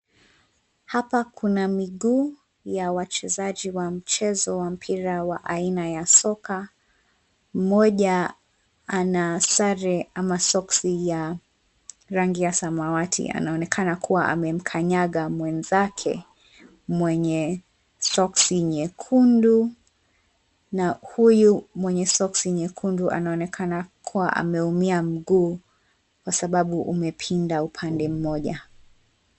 Hapa kuna miguu ya wachezaji wa mchezo wa mpira wa aina ya soka. Mmoja ana sare ama soksi ya rangi ya samawati. Anaonekana kuwa amemkanyaga mwenzake mwenye soksi nyekundu na huyu mwenye soksi nyekundu anaonekana kuwa ameumia mguu, kwa sabau umepinda upande mmoja.